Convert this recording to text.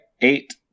eight